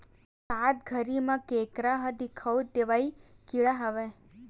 बरसात घरी म केंकरा ह दिखउल देवइया कीरा हरय